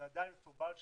ועדיין מסורבל שם,